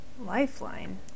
Lifeline